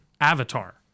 avatar